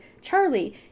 Charlie